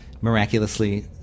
miraculously